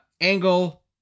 Angle